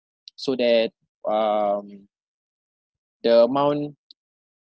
so that um the amount